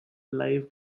live